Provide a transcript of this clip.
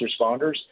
responders